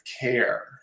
care